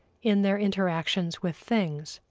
in their interactions with things.